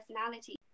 personality